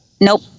nope